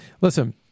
Listen